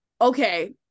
okay